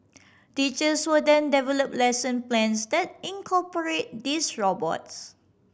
teachers will then develop lesson plans that incorporate these robots